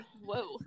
whoa